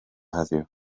heddiw